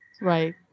right